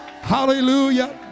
Hallelujah